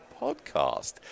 podcast